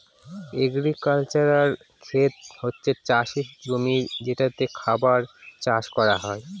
agricultural খেত হচ্ছে চাষের জমি যেটাতে খাবার চাষ করা হয়